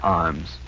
arms